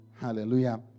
Hallelujah